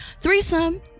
threesome